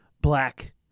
black